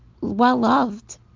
well-loved